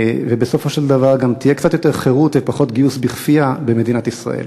ובסופו של דבר גם יהיו קצת יותר חירות ופחות גיוס בכפייה במדינת ישראל.